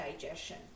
digestion